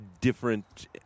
different